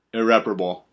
irreparable